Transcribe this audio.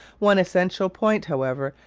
one essential point, however,